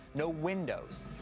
no windows.